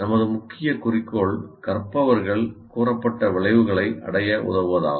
நமது முக்கிய குறிக்கோள் கற்பவர்கள் கூறப்பட்ட விளைவுகளை அடைய உதவுவதாகும்